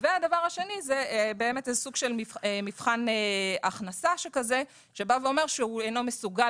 והדבר השני זה סוג של מבחן הכנסה שאומר שהוא אינו מסוגל